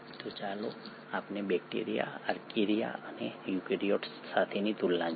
તો ચાલો આપણે બેક્ટેરિયા આર્કિયા અને યુકેરીયોટ્સ સાથેની તુલના જોઈએ